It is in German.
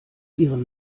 ihren